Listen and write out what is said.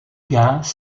gains